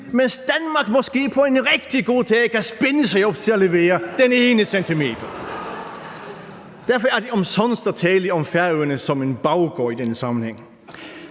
mens Danmark måske på en rigtig god dag kan spænde sig op til at levere den ene centimer. Derfor er det omsonst at tale om Færøerne som en baggård i den sammenhæng.